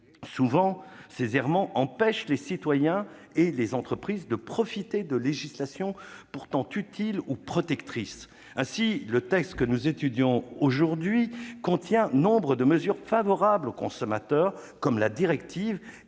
souvent, ils empêchent les citoyens et les entreprises de profiter de législations pourtant utiles ou protectrices. Ainsi, le texte que nous examinons cet après-midi contient nombre de mesures favorables aux consommateurs, comme la